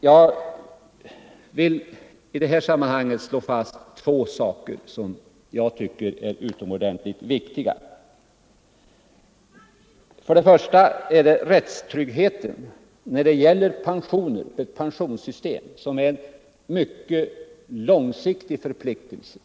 Nr 109 I det här sammanhanget vill jag slå fast två saker, som jag tycker är Onsdagen den utomordentligt viktiga. Den första är rättstryggheten när det gäller ett pen 30 oktober 1974 sionssystem som innebär en mycket långsiktig förpliktelse.